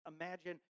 Imagine